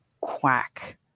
quack